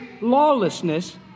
lawlessness